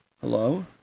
Hello